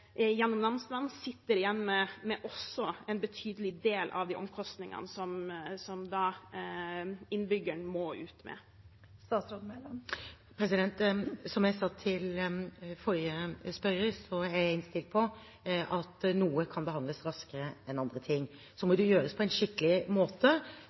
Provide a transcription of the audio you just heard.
innbyggeren må ut med. Som jeg sa til forrige spørrer, er jeg innstilt på at noe kan behandles raskere enn andre ting. Så må det gjøres på en skikkelig måte,